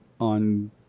on